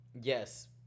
yes